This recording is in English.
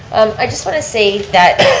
um i just want to say that